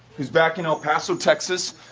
who's back in el paso, texas,